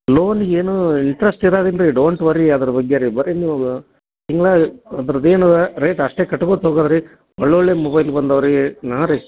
ಲೋನಿಗೇನೂ interest ಇರದಿಲ್ಲ ರೀ don't worry ಅದ್ರ ಬಗ್ಗೆ ರೀ ಬರೀ ನೀವು ತಿಂಗಳ ಅದ್ರದ್ದು ಏನು ಇದೆ ರೇಟ್ ಅಷ್ಟೇ ಕಟ್ಗೋತ ಹೋಗೋದು ರೀ ಒಳ್ಳೊಳ್ಳೆಯ ಮೊಬೈಲ್ ಬಂದವೆ ರೀ ನಾರಿ